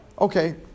Okay